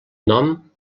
nom